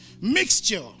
mixture